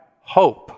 hope